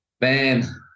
Man